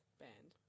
band